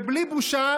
ובלי בושה